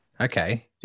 okay